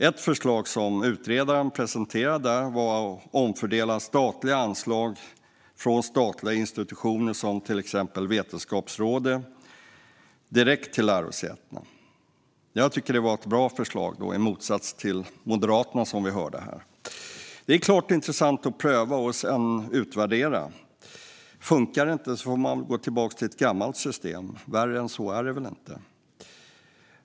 Ett förslag som utredaren presenterade var att omfördela statliga anslag från statliga institutioner som Vetenskapsrådet direkt till lärosätena. Jag tycker att det var ett bra förslag, i motsats till vad Moderaterna sa här. Det är klart att det är intressant att pröva och sedan utvärdera det. Funkar det inte får man gå tillbaka till ett gammalt system. Värre än så är det väl inte.